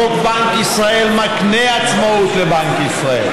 חוק בנק ישראל מקנה עצמאות לבנק ישראל,